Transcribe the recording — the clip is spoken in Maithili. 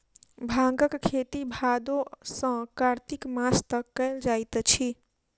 भांगक खेती भादो सॅ कार्तिक मास तक कयल जाइत अछि